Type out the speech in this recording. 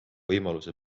võimaluse